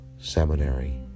seminary